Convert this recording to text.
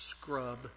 Scrub